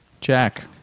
Jack